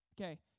Okay